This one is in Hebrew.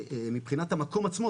מבחינת המקור עצמו,